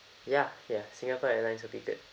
ya ya Singapore Airlines would be good